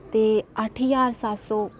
ते सत्त सौ